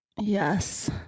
Yes